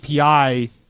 API